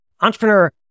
Entrepreneur